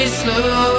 slow